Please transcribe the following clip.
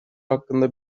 hakkında